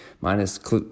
minus